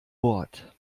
bord